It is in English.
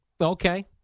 Okay